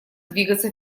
двигаться